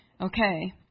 Okay